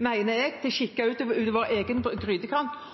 mener jeg, til å kikke utover vår egen grytekant